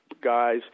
guys